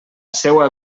seua